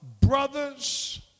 Brothers